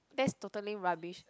that's totally rubbish